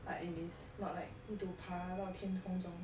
but it is not like need to 爬到天天同中